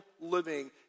living